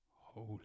holy